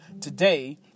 today